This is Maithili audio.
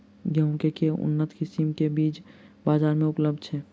गेंहूँ केँ के उन्नत किसिम केँ बीज बजार मे उपलब्ध छैय?